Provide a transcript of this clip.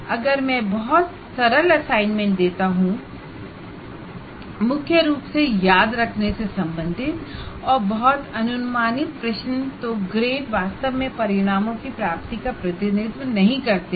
अगर मैं बहुत सरल असाइनमेंट देता हूं मुख्य रूप से याद रखने से संबंधित और बहुत अनुमानित प्रश्न तो ग्रेड वास्तव में आउटकम की प्राप्ति का प्रतिनिधित्व नहीं करते हैं